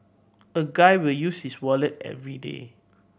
a guy will use his wallet everyday